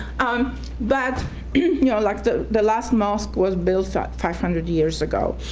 um but like the the last mosque was built ah five hundred years ago,